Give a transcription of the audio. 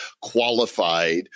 qualified